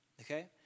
Okay